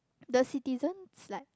the citizens like